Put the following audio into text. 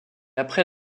après